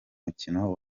mukino